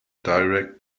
direct